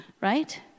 right